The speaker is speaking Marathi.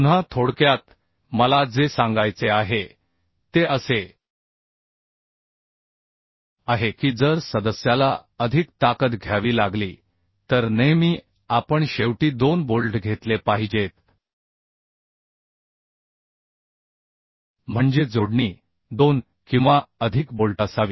पुन्हा थोडक्यात मला जे सांगायचे आहे ते असे आहे की जर सदस्याला अधिक ताकद घ्यावी लागली तर नेहमी आपण शेवटी दोन बोल्ट घेतले पाहिजेत म्हणजे जोडणी दोन किंवा अधिक बोल्ट असावी